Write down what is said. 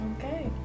Okay